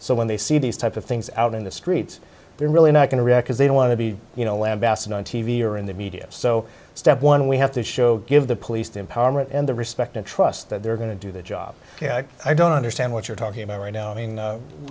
so when they see these type of things out in the streets they're really not going to react as they don't want to be you know lambasted on t v or in the media so step one we have to show give the police the empowerment and the respect and trust that they're going to do the job i don't understand what you're talking about right now i mean